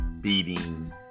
beating